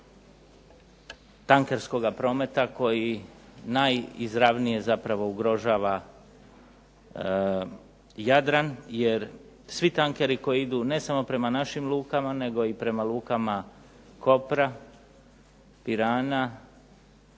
tankerskoga prometa koji najizravnije zapravo ugrožava Jadran jer svi tankeri koji idu ne samo prema našim lukama, nego i lukama Kopra, Pirana